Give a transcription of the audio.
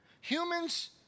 humans